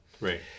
Right